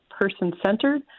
person-centered